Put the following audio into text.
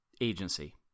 agency